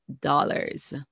dollars